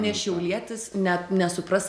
ne šiaulietis net nesupras